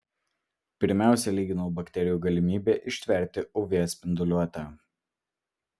pirmiausia lyginau bakterijų galimybę ištverti uv spinduliuotę